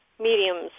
mediums